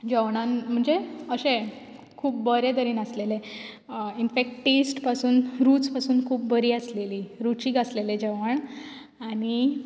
जेवणांत म्हणचे अशें खूब बरे तरेन आसलेलें इन्फेक्ट टेस्ट पसून रूच पसून खूब बरी आसलेली रुचीक आसलेलें जेवण आनी